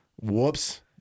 Whoops